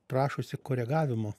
prašosi koregavimo